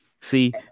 See